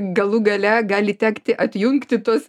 galų gale gali tekti atjungti tuos